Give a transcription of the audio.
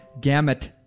Gamut